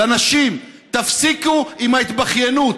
לנשים: תפסיקו עם ההתבכיינות.